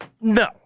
No